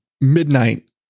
midnight